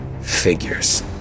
figures